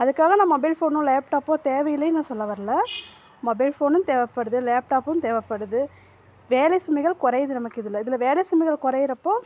அதுக்காக நான் மொபைல் ஃபோனோ லேப்டாப்போ தேவையில்லைன்னு நான் சொல்ல வரல மொபைல் ஃபோனு தேவைப்படுது லேப்டாப்பும் தேவைப்படுது வேலை சுமைகள் குறையுது நமக்கு இதில் வேலை சுமைகள் குறைகிறப்போ